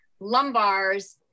lumbars